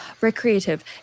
recreative